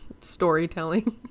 storytelling